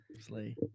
Slay